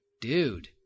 dude